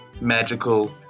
magical